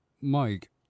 Mike